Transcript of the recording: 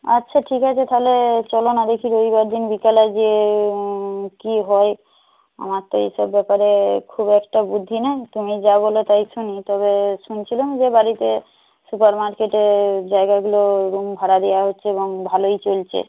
আচ্ছা ঠিক আছে তাহলে চল না দেখি রবিবার দিন বিকেলে গিয়ে কী হয় আমার তো এইসব ব্যাপারে খুব একটা বুদ্ধি নেই তুমি যা বলো তাই শুনি তবে শুনছিলাম যে বাড়িতে সুপার মার্কেটে জায়গাগুলো রুম ভাড়া দেওয়া হচ্ছে এবং ভালোই চলছে